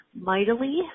mightily